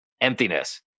Emptiness